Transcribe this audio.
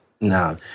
No